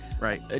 right